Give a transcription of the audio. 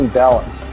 balance